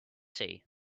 sea